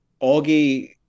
Augie